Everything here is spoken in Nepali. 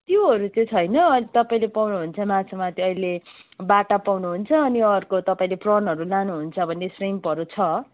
त्योहरू चाहिँ छैन तपाईँले पाउनुहुन्छ माछामा चाहिँ अहिले बाटा पाउनुहुन्छ अनि अर्को तपाईँले प्राउनहरू लानुहुन्छ भने स्रिम्पहरू छ